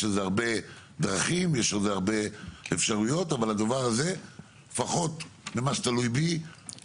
יש הרבה דרכים והרבה אפשרויות אבל הדבר הזה ומה שתלוי בי,